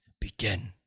begin